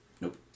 Nope